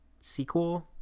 sequel